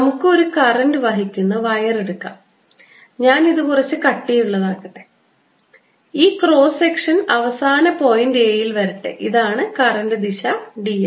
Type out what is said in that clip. നമുക്ക് ഒരു കറന്റ് വഹിക്കുന്ന വയർ എടുക്കാം ഞാൻ ഇത് കുറച്ച് കട്ടിയുള്ളതാക്കട്ടെ ഈ ക്രോസ് സെക്ഷൻ അവസാന പോയിന്റ് A യിൽ വരട്ടെ ഇതാണ് കറൻറ് ദിശ d l